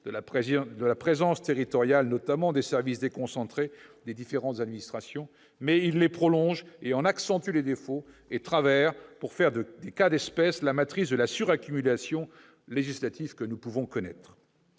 de la présence territoriale des services déconcentrés des différentes administrations, mais encore il les prolonge et en accentue les défauts et travers, pour faire de cas d'espèce la matrice de la suraccumulation législative que nous connaissons.